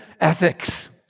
ethics